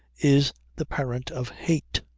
is the parent of hate.